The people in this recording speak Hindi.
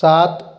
सात